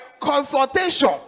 consultation